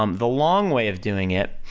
um the long way of doing it,